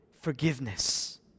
forgiveness